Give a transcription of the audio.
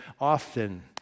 often